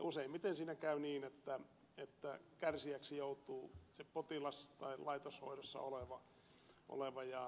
useimmiten siinä käy niin että kärsijäksi joutuu potilas tai laitoshoidossa oleva